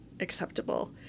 acceptable